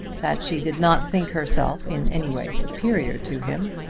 that she did not think herself in any way superior to him.